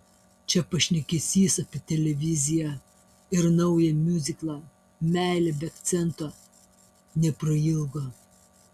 čia pašnekesys apie televiziją ir naują miuziklą meilė be akcento neprailgo